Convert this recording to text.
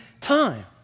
time